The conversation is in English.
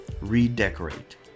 redecorate